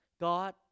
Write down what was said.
God